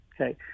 Okay